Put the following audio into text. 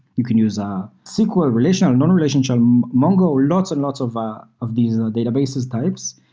you can use um sql relational, non-relational, um mongol. lots and lots of of these databases types.